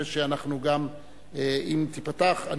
אם היא תיפתח,